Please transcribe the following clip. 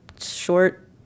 short